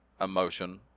emotion